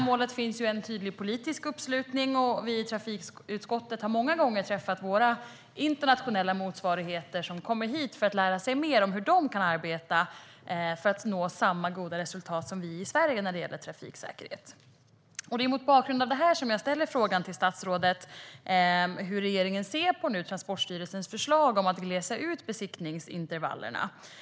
Det finns en tydlig politisk uppslutning för målet, och vi i trafikutskottet har många gånger träffat våra internationella motsvarigheter som har kommit hit för att lära sig mer om hur de kan arbeta för att nå samma goda resultat som vi i Sverige när det gäller trafiksäkerhet. Det är mot bakgrund av detta som jag ställer frågan till statsrådet om hur regeringen ser på Transportstyrelsens förslag om att glesa ut besiktningsintervallerna.